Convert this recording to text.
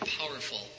powerful